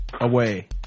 away